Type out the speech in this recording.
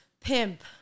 pimp